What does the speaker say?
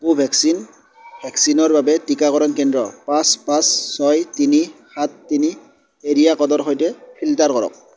Covaxin ভেকচিনৰ বাবে টিকাকৰণ কেন্দ্ৰ পাঁচ পাঁচ ছয় তিনি সাত তিনি এৰিয়া ক'ডৰ সৈতে ফিল্টাৰ কৰক